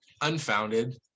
unfounded